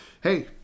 Hey